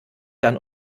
dann